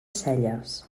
celles